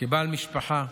כבעל משפחה,